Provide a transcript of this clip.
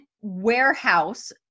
warehouse